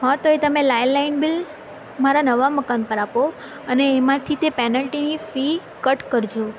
હા તો એ તમે લેન્ડલાઇન બિલ મારા નવા મકાન પર આપો અને એમાંથી તે પેનલ્ટીની ફી કટ કરજો